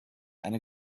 eine